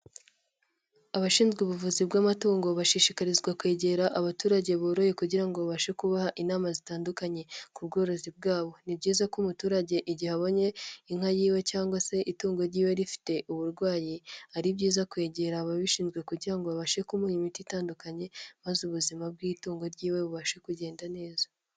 Abashinzwe ubuvuzi bw'amatungo bashishikarizwa kwegera abaturage boroye kugira ngo babashe kubaha inama zitandukanye, ku bworozi bwabo. Ni byiza ko umuturage igihe abonye inka yiwe cyangwa se itungo ryiwe rifite uburwayi, ari byiza kwegera ababishinzwe kugira ngo babashe kumuha imiti itandukanye maze ubuzima bw'itungo ryiwe bubashe kugenda neza.